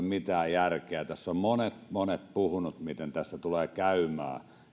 mitään järkeä tässä ovat monet monet puhuneet miten tässä tulee käymään